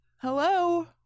Hello